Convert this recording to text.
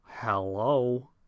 hello